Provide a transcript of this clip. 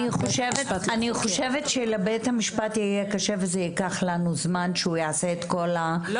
חושבת שלבית המשפט יהיה קשה וזה ייקח לנו זמן שהוא יעשה את ---,